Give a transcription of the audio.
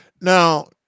now